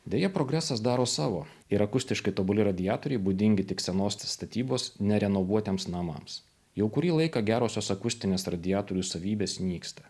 deja progresas daro savo yra akustiškai tobuli radiatoriai būdingi tik senos statybos nerenovuotiems namams jau kurį laiką gerosios akustinės radiatorių savybės nyksta